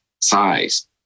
size